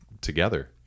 together